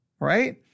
Right